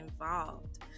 involved